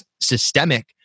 systemic